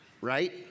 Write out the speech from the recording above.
Right